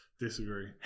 Disagree